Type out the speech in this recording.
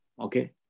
Okay